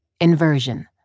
Inversion